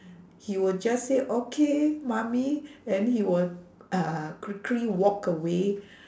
he will just say okay mummy then he will uh quickly walk away